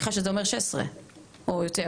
שעל פיו זה אומר שצריכים להיות 14 או 16,